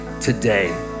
today